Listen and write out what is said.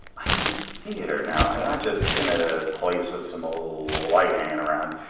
i'm in a theatre now. i'm not just in a place with some old light hanging around.